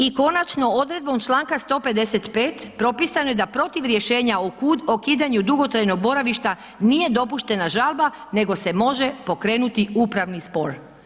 I konačno, odrednom čl. 155. propisano je da protiv rješenja o ukidanju dugotrajnog boravišta nije dopuštena žalba nego se može pokrenuti upravni spor.